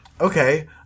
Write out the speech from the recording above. Okay